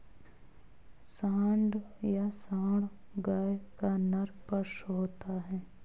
सांड या साँड़ गाय का नर पशु होता है